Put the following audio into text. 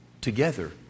together